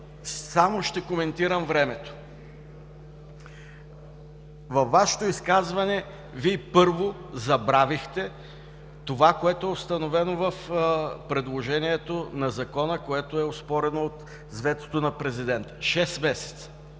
Само ще коментирам времето. Във Вашето изказване, първо, забравихте това, което е установено в предложението на Закона, което е оспорено с ветото на Президента – шест месеца.